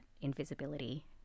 invisibility